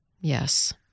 Yes